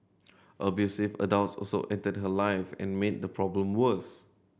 abusive adults also entered her life and made the problem worse